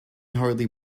hardly